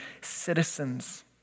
citizens